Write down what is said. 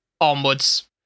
onwards